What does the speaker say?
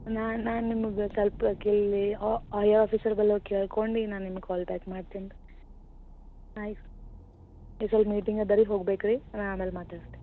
ನಾನು ನಾನು ನಿಮ್ಗೆ ಸ್ವಲ್ಪ ಕಿಲ್ಲಿ ಒಯಾ ಆಫೀಸರಲ್ಲಿ ಕೇಳ್ಕೊಂಡು ಈಗ ನಾನು ನಿಮ್ಗೆ ಕಾಲ್ ಬ್ಯಾಕ್ ಮಾಡ್ತೀನಿ ಆಯ್ತು ಈಗ ಸ್ವಲ್ಪ ಮೀಟಿಂಗ್ ಅದೆ ರೀ ಹೋಗ್ಬೇಕು ರೀ ನಾನು ಆಮೇಲೆ ಮಾತಾಡ್ತೀನಿ